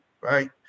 right